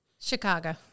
Chicago